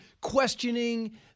questioning